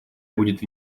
будет